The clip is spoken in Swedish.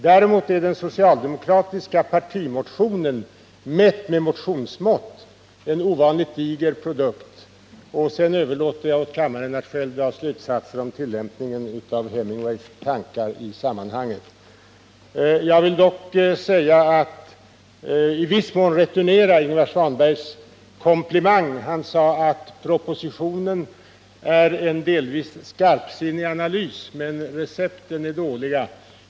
Däremot är den socialdemokratiska partimotionen, med motionsmått mätt, en ovanligt diger produkt. Jag överlåter åt kammaren att själv dra slutsatsen av Hemingways tankar i sammanhanget. Jag vill dock i viss mån returnera Ingvar Svanbergs komplimang. Han sade att propositionen är en delvis skarpsinnig analys, men recepten är dåliga.